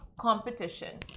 competition